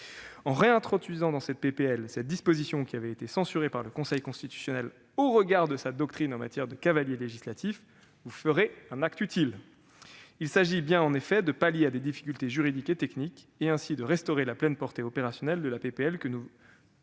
En réintroduisant cette disposition qui avait été censurée par le Conseil constitutionnel au regard de sa doctrine en matière de cavalier législatif, vous ferez un acte utile. Il s'agit bien, en effet, de pallier des difficultés juridiques et techniques, et ainsi de restaurer la pleine portée opérationnelle de la première